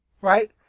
Right